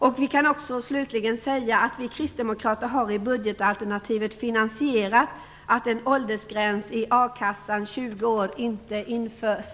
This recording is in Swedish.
Slutligen kan vi säga att vi kristdemokrater i vårt budgetalternativ har en finansiering för att en åldersgräns på 20 år för a-kassa inte införs.